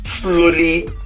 slowly